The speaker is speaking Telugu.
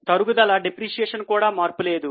తరుగుదల కూడా మార్పు లేదు